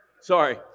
Sorry